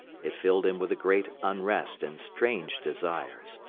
it filled him with a great unrest and strange desires.